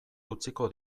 utziko